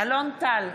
אלון טל,